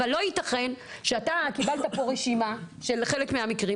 אבל לא יתכן שאתה קיבלת פה רשימה של חלק מהמקרים,